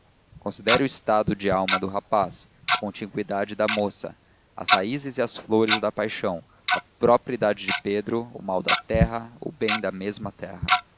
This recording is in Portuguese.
considere o estado da alma do rapaz a contiguidade da moça as raízes e as flores da paixão a própria idade de pedro o mal da terra o bem da mesma terra